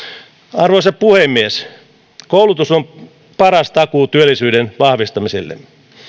arvoisa puhemies koulutus on paras takuu työllisyyden vahvistamiselle